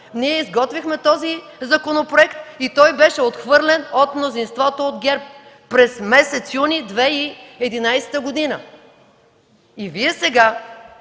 Изготвихме този законопроект и той беше отхвърлен от мнозинството от ГЕРБ през месец юни 2011 г. И Вие сега